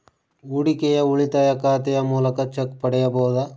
ಹೂಡಿಕೆಯ ಉಳಿತಾಯ ಖಾತೆಯ ಮೂಲಕ ಚೆಕ್ ಪಡೆಯಬಹುದಾ?